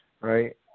right